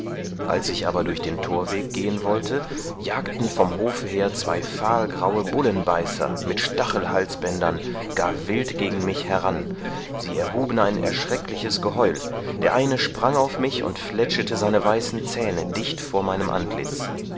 als ich aber durch den thorweg gehen wollte jagten vom hofe her zwei fahlgraue bullenbeißer mit stachelhalsbändern gar wild gegen mich heran sie erhuben ein erschreckliches geheul der eine sprang auf mich und fletschete seine weißen zähne dicht vor meinem antlitz